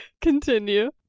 continue